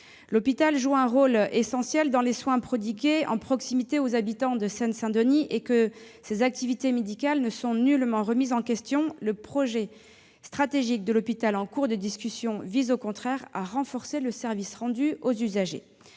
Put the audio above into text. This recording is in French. hôpital joue un rôle essentiel dans les soins prodigués en proximité aux habitants de la Seine-Saint-Denis. Ses activités médicales ne sont nullement remises en question. Au contraire, le projet stratégique de l'hôpital en cours de discussion vise à renforcer le service rendu aux usagers.